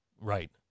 Right